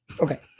Okay